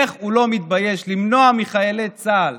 איך הוא לא מתבייש למנוע מחיילי צה"ל